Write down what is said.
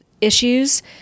issues